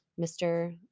Mr